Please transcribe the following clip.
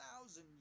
thousand